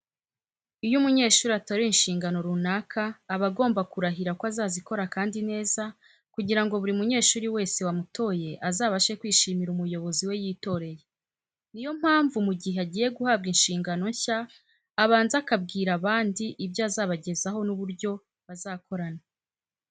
Iyo umunyeshuri atorewe inshingano runaka aba agomba kurahira ko azazikora kandi neza kugira ngo buri munyeshuri wese wamutoye azabashe kwishimira umuyobozi we yitoreye. Ni yo mpamvu mu gihe agiye guhabwa inshingano nshya abanza akabwira abandi ibyo azabagezaho n'uburyo bazakorana.